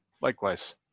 likewise